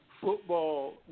football